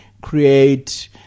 create